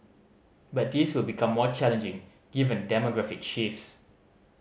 but this will become more challenging given demographic shifts